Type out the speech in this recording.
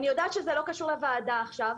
אני יודעת שזה לא קשור לוועדה עכשיו,